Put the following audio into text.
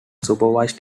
supervised